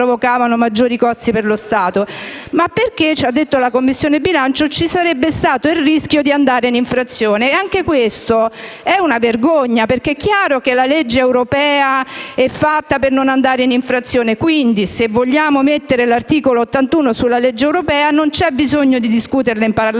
ma perché - come ha detto la Commissione bilancio - ci sarebbe stato il rischio di andare in infrazione. Anche questa è una vergogna, perché è chiaro che la legge europea è fatta per evitare di andare in infrazione. Quindi, se vogliamo applicare l'articolo 81 sulla legge europea, non c'è bisogno di discuterne in Parlamento: